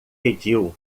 pediu